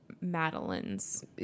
Madeline's